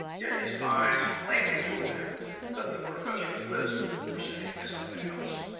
yet his eyes plainly told him that the professor's lips were saying something else.